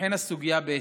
תיבחן הסוגיה בהתאם.